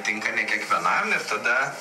tinka ne kiekvienam ir tada